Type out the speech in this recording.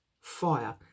fire